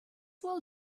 wool